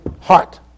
heart